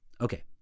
Okay